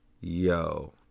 Yo